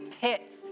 pits